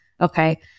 okay